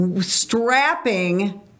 strapping